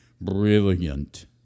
Brilliant